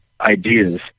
ideas